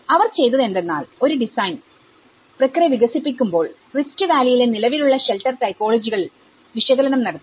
അവർ ചെയ്തത് എന്തെന്നാൽ ഒരു ഡിസൈൻ പ്രക്രിയ വികസിപ്പിക്കുമ്പോൾ റിഫ്ട് വാല്ലിയിലെ നിലവിലുള്ള ഷെൽട്ടർ ടൈപ്പോളിജികളിൽ വിശകലനം നടത്തി